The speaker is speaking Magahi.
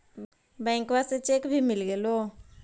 बैंकवा से चेक भी मिलगेलो?